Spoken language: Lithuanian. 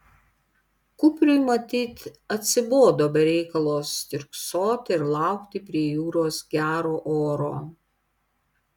kupriui matyt atsibodo be reikalo stirksoti ir laukti prie jūros gero oro